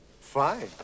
Fine